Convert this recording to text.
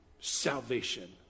salvation